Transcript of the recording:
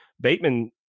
Bateman